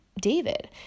David